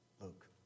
Luke